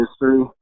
history